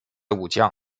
武将